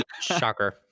Shocker